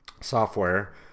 software